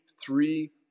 three